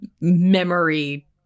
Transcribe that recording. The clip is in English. memory